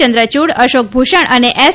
ચંદ્રયુડ અશોક ભૂષણ અને એસ